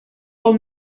pel